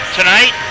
Tonight